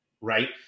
right